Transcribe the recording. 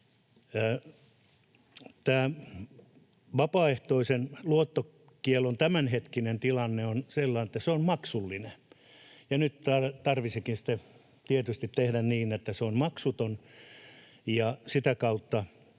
Tämä vapaaehtoisen luottokiellon tämänhetkinen tilanne on sellainen, että se on maksullinen, ja nyt tarvitsisikin sitten tietysti tehdä niin, että se on maksuton,